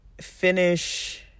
finish